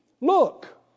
look